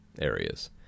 areas